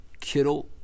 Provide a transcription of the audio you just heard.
Kittle